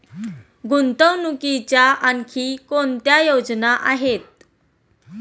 गुंतवणुकीच्या आणखी कोणत्या योजना आहेत?